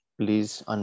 Please